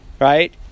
right